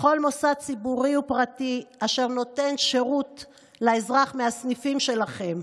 בכל מוסד ציבורי או פרטי אשר נותן שירות לאזרח מהסניפים שלכם,